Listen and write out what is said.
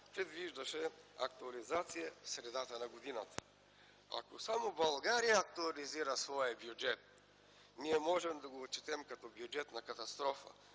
се виждаше актуализация в средата на годината. Ако само България актуализира своя бюджет, ние можем да го отчетем като бюджетна катастрофа,